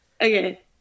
Okay